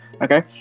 okay